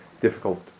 difficult